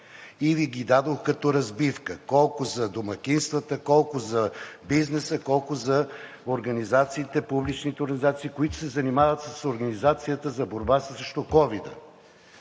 Ви ги като разбивка – колко за домакинствата, колко за бизнеса, колко за публичните организации, които се занимават с организацията за борба срещу ковида.